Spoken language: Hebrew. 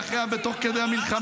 לא עכשיו, הוא מדבר.